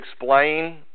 explain